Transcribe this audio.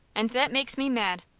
and that makes me mad.